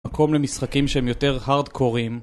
מקום למשחקים שהם יותר Hardcore'ים